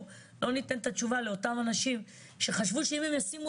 לא ניתן את התשובה לאותם אנשים שחשבו שאם הם ישימו